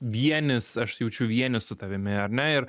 vienis aš jaučiu vienį su tavimi ar ne ir